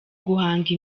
guhanga